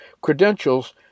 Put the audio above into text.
credentials